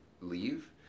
leave